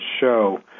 show